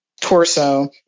torso